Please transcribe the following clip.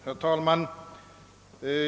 Herr talman!